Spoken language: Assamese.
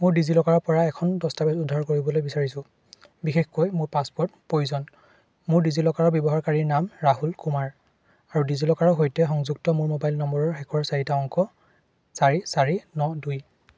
মই ডিজিলকাৰৰপৰা এখন দস্তাবেজ উদ্ধাৰ কৰিবলৈ বিচাৰিছোঁ বিশেষকৈ মোক মোৰ পাছপোৰ্ট প্ৰয়োজন মোৰ ডিজিলকাৰৰ ব্যৱহাৰকাৰী নাম ৰাহুল কুমাৰ আৰু ডিজিলকাৰৰ সৈতে সংযুক্ত মোৰ মোবাইল নম্বৰৰ শেষৰ চাৰিটা অংক চাৰি চাৰি ন দুই